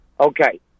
okay